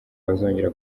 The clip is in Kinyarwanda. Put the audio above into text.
bazongera